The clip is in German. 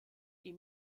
die